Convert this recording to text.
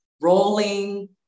rolling